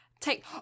take